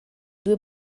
due